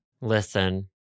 Listen